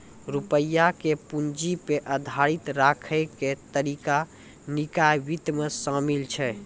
रुपया के पूंजी पे आधारित राखै के तरीका निकाय वित्त मे शामिल छै